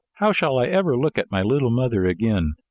how shall i ever look at my little mother again?